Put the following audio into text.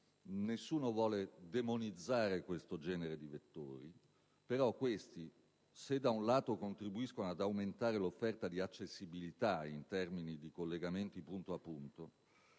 Nessuno vuole demonizzare questo tipo di vettori, però questi, se da un lato contribuiscono ad aumentare l'offerta di accessibilità in termini di collegamenti punto a punto,